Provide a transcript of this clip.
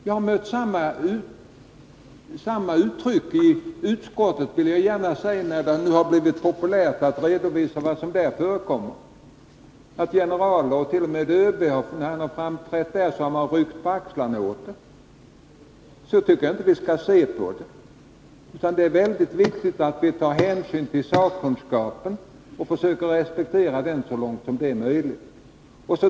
Jag har mött samma inställning i utskottet — det vill jag säga nu när det blivit populärt att redovisa vad som där förekommer. När generaler och t.o.m. ÖB framträtt där har man ryckt på axlarna åt vad de haft att anföra. Så tycker jaginte att det bör vara. Det är väldigt viktigt att ta hänsyn till sakkunskapen och försöka respektera den så långt som möjligt.